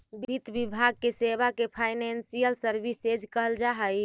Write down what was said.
वित्त विभाग के सेवा के फाइनेंशियल सर्विसेज कहल जा हई